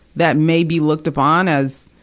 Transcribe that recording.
that may be looked upon as,